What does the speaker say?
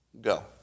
Go